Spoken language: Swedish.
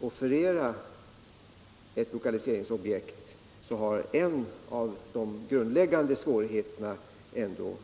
offerera ett lokaliseringsobjekt så har en av de grundläggande svårigheterna ändå